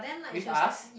with us